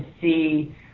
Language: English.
see